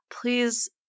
please